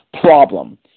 problem